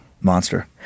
monster